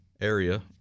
area